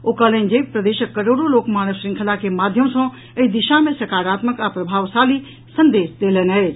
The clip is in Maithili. ओ कहलनि जे प्रदेशक करोड़ो लोक मानव श्रृंखला के माध्यम सँ एहि दिशा मे सकारात्मक आ प्रभावशाली संदेश देलनि अछि